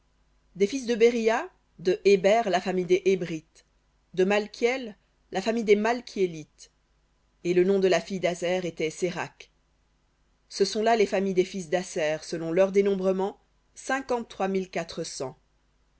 des fils de beriha de héber la famille des hébrites de malkiel la famille des malkiélites et le nom de la fille d'aser était sérakh ce sont là les familles des fils d'aser selon leur dénombrement